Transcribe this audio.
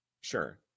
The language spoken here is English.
Sure